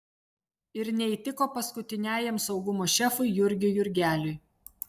ir neįtiko paskutiniajam saugumo šefui jurgiui jurgeliui